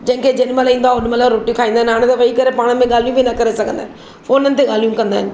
जंहिंखे जेॾी महिल ईंदो आहे होॾी महिल रोटी खाईंदा आहिनि हाणे त वेही करे पाण में ॻाल्हियूं बि न करे सघंदा आहिनि फ़ोननि ते ॻाल्हियूं कंदा आहिनि